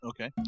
Okay